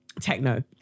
Techno